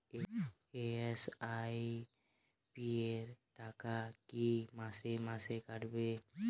SIP র টাকা কী মাসে মাসে কাটবে?